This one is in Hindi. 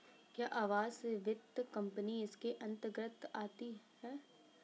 क्या आवास वित्त कंपनी इसके अन्तर्गत आती है?